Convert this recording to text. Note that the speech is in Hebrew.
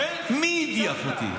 כן, מי הדיח אותי?